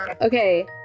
Okay